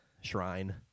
shrine